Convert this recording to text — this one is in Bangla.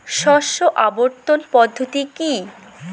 শস্য আবর্তন পদ্ধতি কি?